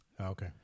Okay